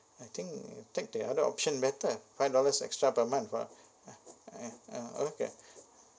I think take the other option better five dollars extra per month for ah ah okay